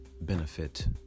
benefit